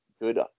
good